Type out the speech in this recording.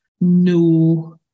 No